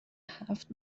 هفت